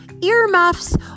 earmuffs